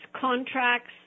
contracts